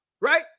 Right